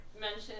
mention